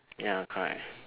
ya correct